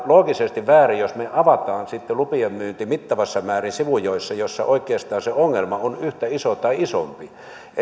loogisesti väärin jos me avaamme lupien myynnin mittavassa määrin sivujoissa joissa oikeastaan se ongelma on yhtä iso tai isompi